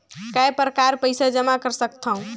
काय प्रकार पईसा जमा कर सकथव?